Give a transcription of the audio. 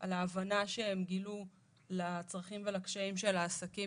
על ההבנה שהם גילו לצרכים ולקשיים של העסקים,